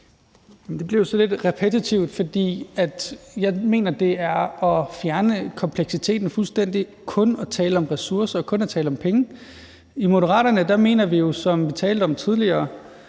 Det bliver jo så lidt repetitivt, for jeg mener, at det er at fjerne kompleksiteten fuldstændig kun at tale om ressourcer og kun at tale om penge. I Moderaterne mener vi jo, som vi talte om tidligere,